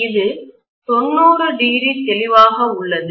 இது 90° தெளிவாக உள்ளது